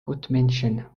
gutmenschen